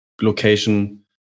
location